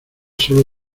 solo